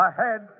Ahead